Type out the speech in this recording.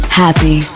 happy